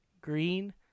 green